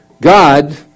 God